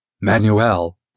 Manuel